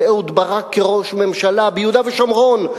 אהוד ברק כראש ממשלה ביהודה ושומרון.